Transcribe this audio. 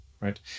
right